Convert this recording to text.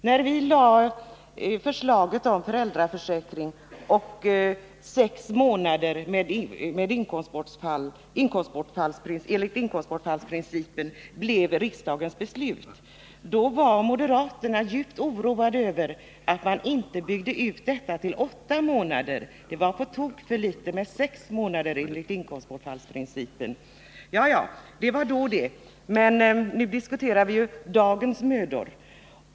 När vi framlade förslaget om föräldraförsäkring och sex månaders ersättning enligt inkomstbortfallsprincipen blev riksdagens beslut var moderaterna djupt oroade över att man inte byggde ut den till åtta månader. Det var på tok för litet med sex månader enligt inkomstbortfallsprincipen. — Ja ja, det var då det. Men nu diskuterar vi ju dagens mödor.